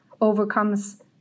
overcomes